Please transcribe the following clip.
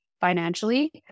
financially